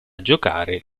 giocare